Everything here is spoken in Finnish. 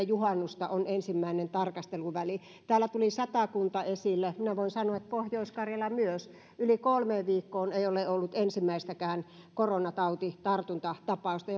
juhannusta on ensimmäinen tarkasteluväli täällä tuli satakunta esille minä voin sanoa että pohjois karjala myös yli kolmeen viikkoon ei ole ollut ensimmäistäkään koronatautitartuntatapausta